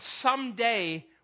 Someday